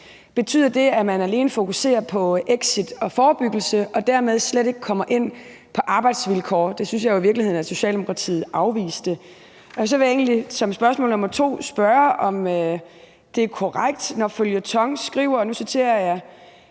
Betyder det, at man alene fokuserer på exit og forebyggelse og dermed slet ikke kommer ind på arbejdsvilkår? Det synes jeg jo at Socialdemokratiet i virkeligheden afviste. Så vil jeg som spørgsmål nr. 2 spørge, om det er korrekt, når Føljeton skriver, og nu citerer jeg: